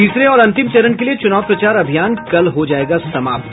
तीसरे और अंतिम चरण के लिये चुनाव प्रचार अभियान कल हो जायेगा समाप्त